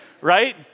right